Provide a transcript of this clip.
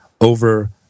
over